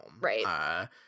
right